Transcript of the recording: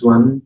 One